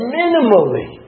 minimally